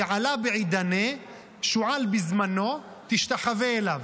תעלא בעידניה, שועל בזמנו, תשתחווה אליו.